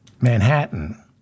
Manhattan